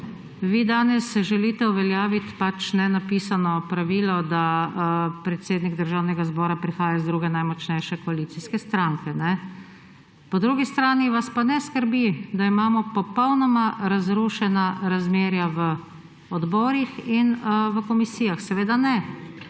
vi danes želite uveljaviti nenapisano pravilo, da predsednik Državnega zbora prihaja iz druge najmočnejše koalicijske stranke. Po drugi strani vas pa ne skrbi, da imamo popolnoma razrušena razmerja v odborih in v komisijah. Seveda ne,